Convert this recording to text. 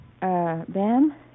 Ben